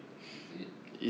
is it